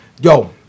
yo